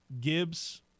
Gibbs